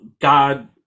god